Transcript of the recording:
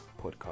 Podcast